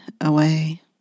away